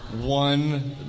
One